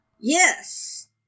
Yes